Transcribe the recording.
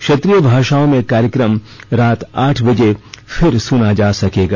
क्षेत्रीय भाषाओं में कार्यक्रम रात आठ बजे फिर सुना जा सकेगा